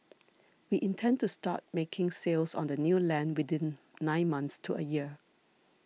we intend to start making sales on the new land within nine months to a year